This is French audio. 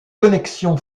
connexion